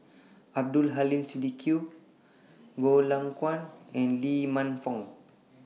Abdul Aleem Siddique Goh Lay Kuan and Lee Man Fong